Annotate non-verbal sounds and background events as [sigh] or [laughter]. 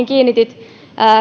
[unintelligible] kiinnititte